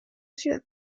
ciudad